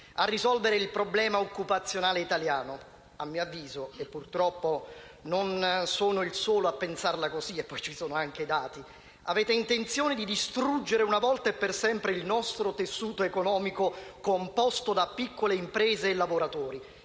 a risolvere il problema occupazionale italiano. A mio avviso - e purtroppo non sono il solo a pensarla così, e poi ci sono anche i dati - avete intenzione di distruggere, una volta e per sempre, il nostro tessuto economico composto da piccole imprese e lavoratori,